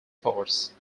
force